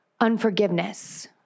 Unforgiveness